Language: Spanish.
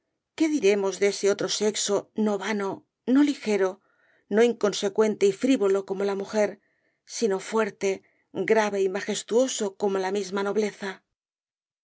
qué diremos de ese otro sexo no vano no ligero no inconsecuente y frivolo como la mujer sino fuerte grave y majestuoso como la misma nobleza